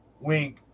wink